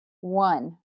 One